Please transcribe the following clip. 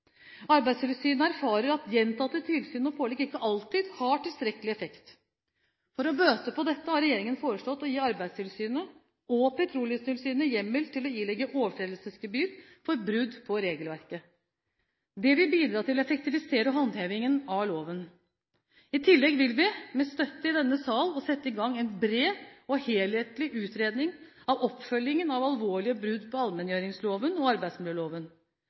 Arbeidstilsynet erfarer at gjentatte tilsyn og pålegg ikke alltid har tilstrekkelig effekt. For å bøte på dette har regjeringen foreslått å gi Arbeidstilsynet og Petroleumstilsynet hjemmel til å ilegge overtredelsesgebyr for brudd på regelverket. Det vil bidra til å effektivisere håndhevingen av loven. I tillegg vil vi, med støtte i denne sal, sette i gang en bred og helhetlig utredning av oppfølgingen av alvorlige brudd på allmenngjøringsloven og arbeidsmiljøloven.